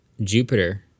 Jupiter